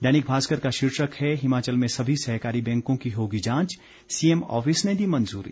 दैनिक भास्कर का शीर्षक है हिमाचल में सभी सहकारी बैंकों की होगी जांच सीएम ऑफिस ने दी मंजूरी